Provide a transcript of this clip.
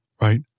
right